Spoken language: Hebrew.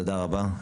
תודה רבה.